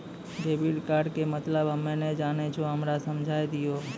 Debit card के मतलब हम्मे नैय जानै छौ हमरा समझाय दियौ?